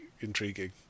intriguing